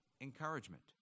encouragement